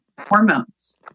hormones